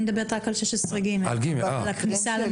אני מדברת רק על 16ג, על כניסה למקום.